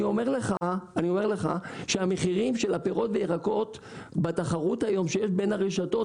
אני אומר לך שהמחירים של הפירות והירקות בתחרות היום שיש בין הרשתות,